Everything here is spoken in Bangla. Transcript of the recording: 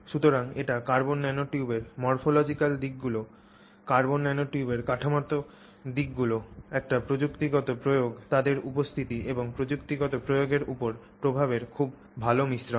সুতরাং এটি কার্বন ন্যানোটিউবের morphological দিকগুলি কার্বন ন্যানোটিউবের কাঠামোগত দিকগুলি একটি প্রযুক্তিগত প্রয়োগে তাদের উপস্থিতি এবং প্রযুক্তিগত প্রয়োগের উপর প্রভাবের খুব ভাল মিশ্রণ